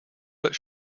but